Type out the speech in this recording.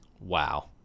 Wow